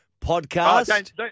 Podcast